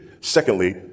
Secondly